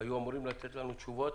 היו אמורים לתת לנו תשובות.